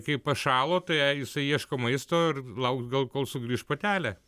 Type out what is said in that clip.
kai pašalo tai jisai ieško maisto ir lauks gal kol sugrįš patelė